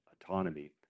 autonomy